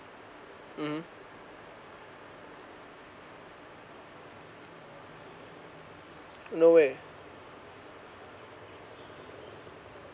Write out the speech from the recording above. mmhmm no way